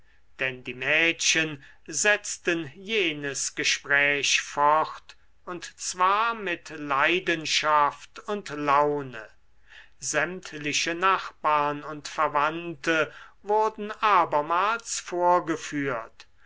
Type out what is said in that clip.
denn die mädchen setzten jenes gespräch fort und zwar mit leidenschaft und laune sämtliche nachbarn und verwandte wurden abermals vorgeführt